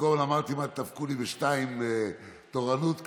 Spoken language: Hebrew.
כל הזמן אמרתי: מה דפקו לי ב-02:00 תורנות כאן,